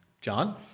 John